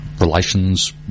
Relations